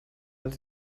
els